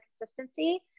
consistency